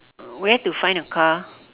where to find a car